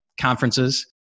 conferences